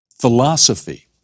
philosophy